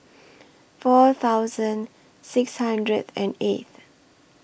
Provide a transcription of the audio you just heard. four thousand six hundred and eighth